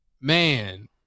man